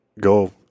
go